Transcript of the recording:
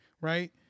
Right